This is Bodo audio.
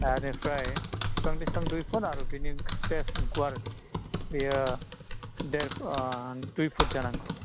बेनिफ्राय फिफां थु फिफां दुइ फुट आरो बेनि स्टेज गुवार बियो दुइ फुट जानांगौ